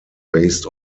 based